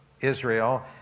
Israel